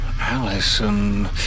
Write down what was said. Allison